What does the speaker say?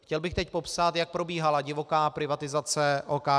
Chtěl bych teď popsat, jak probíhala divoká privatizace OKD.